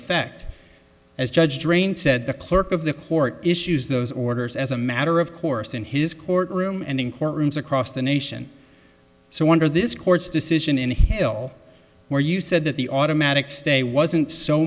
effect as judge drain said the clerk of the court issues those orders as a matter of course in his courtroom and in courtrooms across the nation so under this court's decision in hill where you said that the automatic stay wasn't so